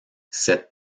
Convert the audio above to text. cette